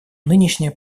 нынешняя